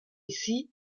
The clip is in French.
ici